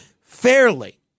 fairly